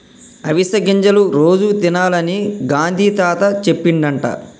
అవిసె గింజలు రోజు తినాలని గాంధీ తాత చెప్పిండట